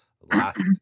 last